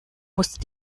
musste